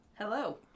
Hello